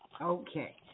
Okay